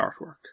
artwork